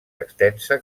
extensa